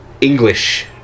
English